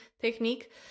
technique